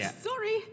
sorry